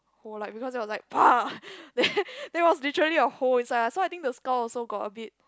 or like because there's was like then then it was literally a hole inside so I think the skull also got a bit